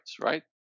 right